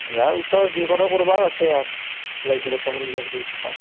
দে উঠ যি কৰা কৰিবা তাতে যাই পেলাই চকৰি তকৰি উঠিবা